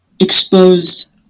exposed